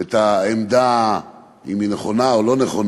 את העמדה, אם היא נכונה או לא נכונה,